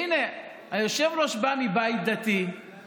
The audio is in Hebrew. הינה, היושב-ראש בא מבית דתי.